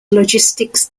logistics